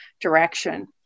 direction